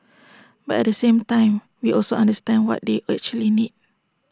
but at the same time we also understand what they actually need